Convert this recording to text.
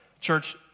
Church